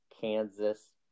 Kansas